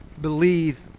believe